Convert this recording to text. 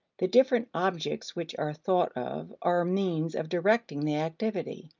the different objects which are thought of are means of directing the activity.